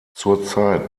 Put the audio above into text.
zurzeit